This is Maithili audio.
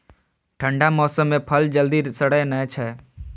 ठंढा मौसम मे फल जल्दी सड़ै नै छै